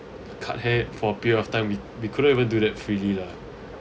cut hair for period of time we we couldn't even do that freely lah